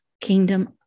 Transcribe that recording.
Kingdom